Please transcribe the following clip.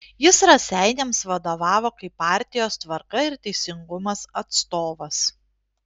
jis raseiniams vadovavo kaip partijos tvarka ir teisingumas atstovas